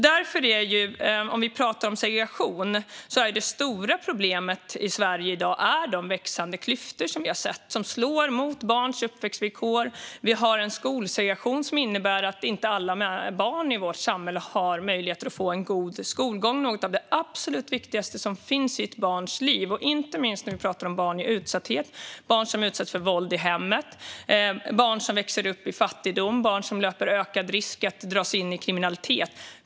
När det gäller segregation är det stora problemet i dag de växande klyftor som vi har sett och som slår mot barns uppväxtvillkor. Vi har en skolsegregation som innebär att inte alla barn i vårt samhälle har möjlighet att få en god skolgång, vilket är något av det absolut viktigaste som finns i ett barns liv, inte minst när det gäller barn i utsatthet, barn som utsätts för våld i hemmet, barn som växer upp i fattigdom och barn som löper ökad risk att dras in i kriminalitet.